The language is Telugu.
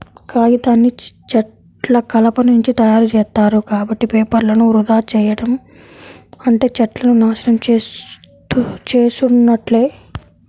కాగితాన్ని చెట్ల కలపనుంచి తయ్యారుజేత్తారు, కాబట్టి పేపర్లను వృధా చెయ్యడం అంటే చెట్లను నాశనం చేసున్నట్లే